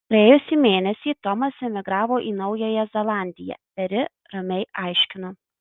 praėjusį mėnesį tomas emigravo į naująją zelandiją peri ramiai aiškinu